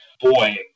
boy